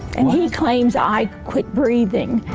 and he claims i quit breathing.